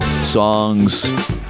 songs